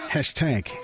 Hashtag